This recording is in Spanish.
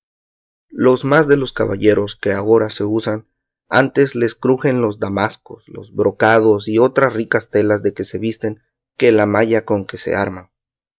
los más de los caballeros que agora se usan antes les crujen los damascos los brocados y otras ricas telas de que se visten que la malla con que se arman